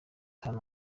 hano